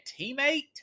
teammate